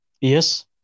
Yes